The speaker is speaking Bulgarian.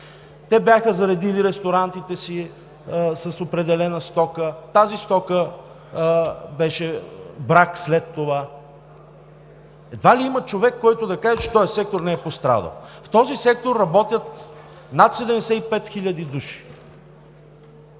Те бяха заредили ресторантите си с определена стока, тази стока беше брак след това. Едва ли има човек, който да каже, че този сектор не е пострадал. В този сектор работят над 75 хиляди